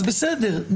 אז בסדר,